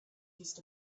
east